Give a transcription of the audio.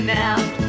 now